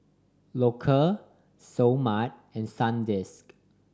Loacker Seoul Mart and Sandisk